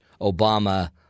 Obama